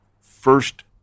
first